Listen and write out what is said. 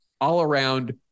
all-around